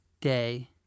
Day